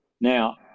Now